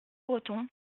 breton